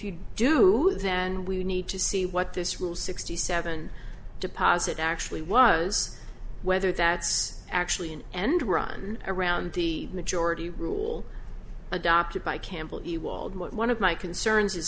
you do then we need to see what this rule sixty seven deposit actually was whether that's actually an end run around the majority rule adopted by campbell one of my concerns is